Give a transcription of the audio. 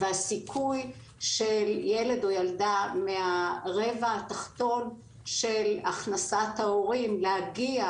והסיכוי של ילד או ילדה מהרבע התחתון של הכנסת ההורים להגיע